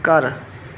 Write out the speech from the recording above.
ਘਰ